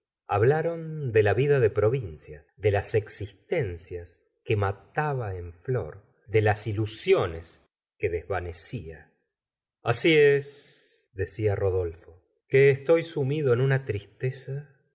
hablaron de la vida de provincia de las existencias que mataba en flor de las ilusiones que desvanecía así es decia rodolfo que estoy sumido en una tristeza